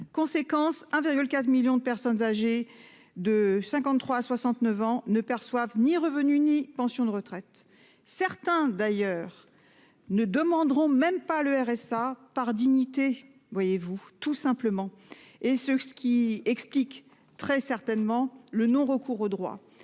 Conséquence, 1,4 millions de personnes âgées de 53 69 ans ne perçoivent ni revenu ni pension de retraite. Certains d'ailleurs ne demanderont même pas le RSA par dignité, voyez-vous, tout simplement, est ce que, ce qui explique très certainement le non-recours aux droits.